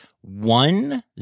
one